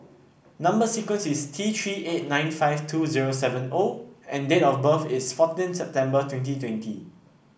number sequence is T Three eight nine five two zero seven O and date of birth is fourteen September twenty twenty